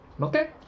Okay